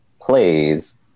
plays